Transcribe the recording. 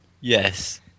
Yes